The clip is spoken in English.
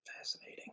Fascinating